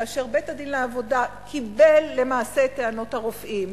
כאשר בית-הדין לעבודה קיבל למעשה את טענות הרופאים,